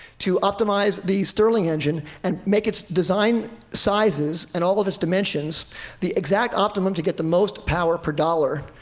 to optimize the stirling engine, and make its design sizes and all of its dimensions the exact optimum to get the most power per dollar,